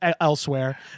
elsewhere